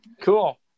cool